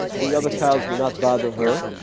the other cows will not bother her.